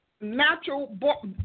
natural